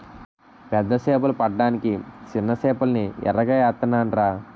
పెద్ద సేపలు పడ్డానికి సిన్న సేపల్ని ఎరగా ఏత్తనాన్రా